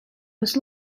was